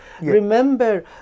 remember